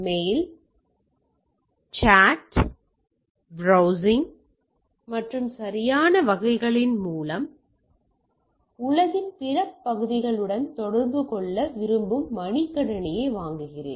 mail chat browsing மற்றும் சரியான வகைகளின் மூலம் உலகின் பிற பகுதிகளுடன் தொடர்பு கொள்ள விரும்பும் மடிக்கணினியை வாங்குகிறேன்